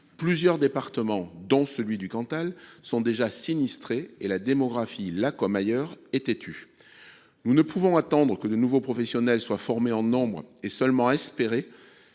Plusieurs départements, notamment le Cantal, sont déjà sinistrés et la démographie, là comme ailleurs, est têtue. Nous ne pouvons attendre que de nouveaux professionnels soient formés en nombre et seulement espérer